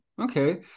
okay